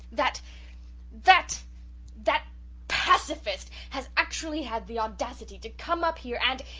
that that that pacifist has actually had the audacity to come up here and,